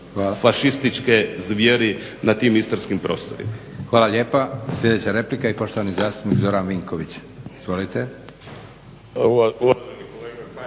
fašističke zvijeri na tim istarskim prostorima. **Leko, Josip (SDP)** Hvala lijepa. Sljedeća replika i poštovani zastupnik Zoran Vinković, izvolite.